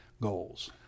goals